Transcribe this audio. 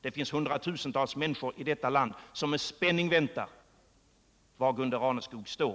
Det finns hundratusentals människor i detta land som med spänning väntar att få veta var Gunde Raneskog står.